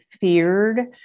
feared